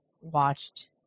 watched